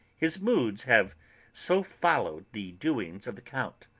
his moods have so followed the doings of the count,